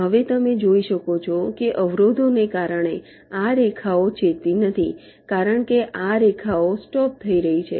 હવે તમે જોઈ શકો છો કે અવરોધોને કારણે આ રેખાઓ છેદતી નથી કારણ કે આ રેખાઓ સ્ટોપ થઈ રહી છે